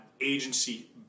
agency